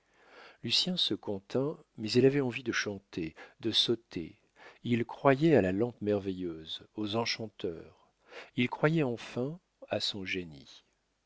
lucien se contint mais il avait envie de chanter de sauter il croyait à la lampe merveilleuse aux enchanteurs il croyait enfin à son génie